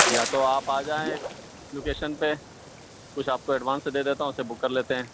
یا تو آپ آ جائیں لوکیشن پہ کچھ آپ کو ایڈوانس دے دیتا ہوں اس سے بک کر لیتے ہیں